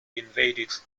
invaded